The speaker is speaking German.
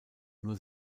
nur